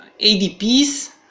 ADPs